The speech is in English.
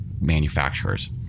manufacturers